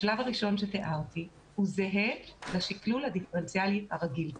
השלב הראשון זהה לשקלול הדיפרנציאלי הרגיל.